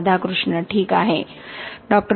राधाकृष्ण ठीक आहे डॉ